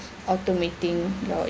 automating